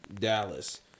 Dallas